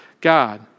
God